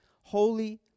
holy